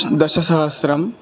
दशसहस्रम्